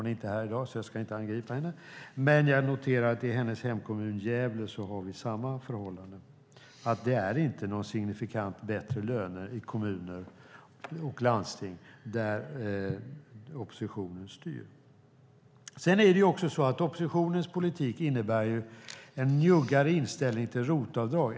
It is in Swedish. Nu är hon inte här i dag, så jag ska inte angripa henne, men jag noterar att vi har samma förhållanden i hennes hemkommun Gävle. Det är alltså inga signifikant bättre löner i kommuner och landsting där oppositionen styr. Oppositionens politik innebär även en njuggare inställning till RUT-avdrag.